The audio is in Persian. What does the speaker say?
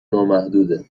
نامحدوده